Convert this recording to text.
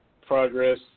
progress